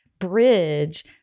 bridge